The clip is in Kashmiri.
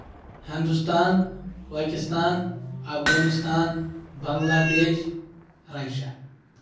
ہندوستان پاٲکِستان افغٲنِستان بنگلادیش رشیا